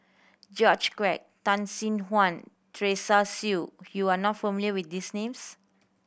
George Quek Tan Sin Aun Teresa Hsu you are not familiar with these names